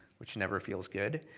which never feels good,